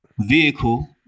vehicle